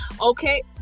Okay